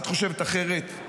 את חושבת אחרת?